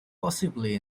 possibly